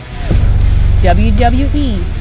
WWE